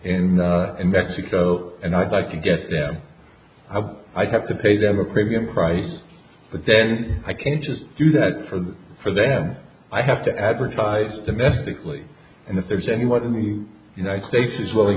and in mexico and i'd like to get them i would have to pay them a premium price but then i can just do that for them for them i have to advertise domestically and if there's anyone in the united states is willing